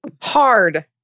hard